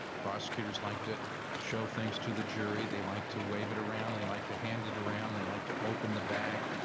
prosecutors like might show things to the jury, they like to wave it around, they like to hand it around, they like to open the bag.